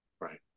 Right